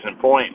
point